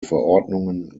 verordnungen